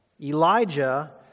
Elijah